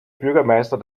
bürgermeister